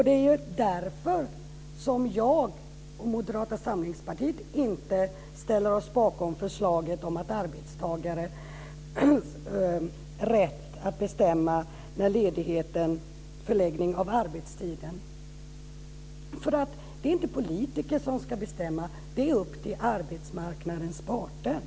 Det är därför jag och Moderata samlingspartiet inte står bakom förslaget om arbetstagares rätt att bestämma över ledigheten och förläggningen av arbetstiden. Det är inte politiker som ska bestämma. Det är upp till arbetsmarknadens parter.